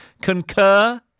Concur